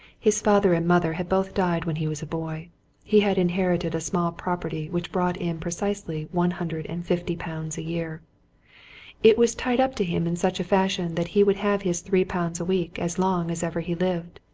his father and mother had both died when he was a boy he had inherited a small property which brought in precisely one hundred and fifty pounds a year it was tied up to him in such a fashion that he would have his three pounds a week as long as ever he lived.